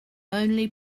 only